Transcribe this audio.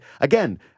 again